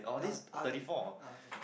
uh R thirty four uh thirty four